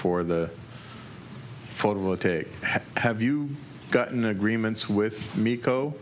for the photovoltaic have you gotten agreements with me co